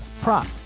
prop